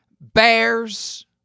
bears